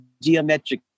geometric